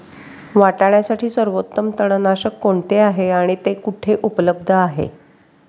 वाटाण्यासाठी सर्वोत्तम तणनाशक कोणते आहे आणि ते कुठे उपलब्ध आहे?